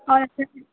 और असां